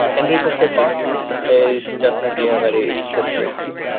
ah enrico state park is definitely a very good place.